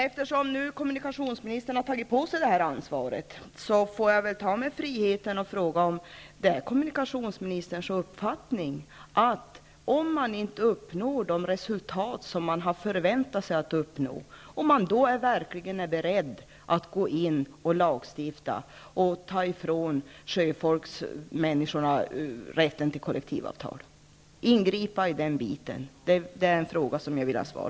Eftersom Mats Odell tagit på sig det här ansvaret, får jag väl ta mig friheten och ställa en fråga till honom: Om man inte uppnår de resultat som man förväntade sig, är man då beredd att ingripa, lagstifta och ta från sjöfolket rätten till kollektivavtal? Jag vill ha svar.